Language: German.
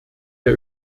der